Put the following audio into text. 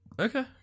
Okay